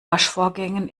waschvorgängen